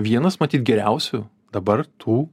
vienas matyt geriausių dabar tų